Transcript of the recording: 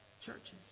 churches